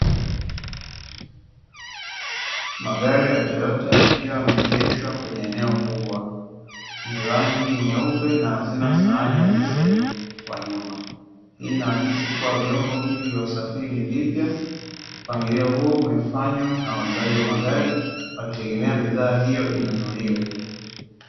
Magari ya Toyota yakiwa yameegeshwa kwenye eneo kubwa, ni rangi nyeupe na hazina sahani ya reseni kwa nyuma, hii inaakisi kuwa vyombo hivi vya usafiri ni vipya, mpangilio huu umefanywa na wauzaji wa magari wakitegemea bidhaa hiyo inunuliwe.